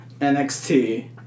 NXT